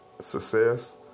success